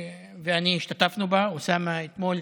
ואני השתתפנו בה, אוסאמה, אתמול,